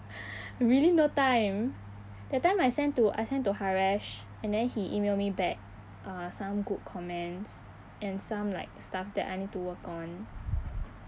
really no time that time I send to I send to haresh and then he email me back uh some good comments and some like stuff that I need to work on